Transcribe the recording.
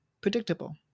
predictable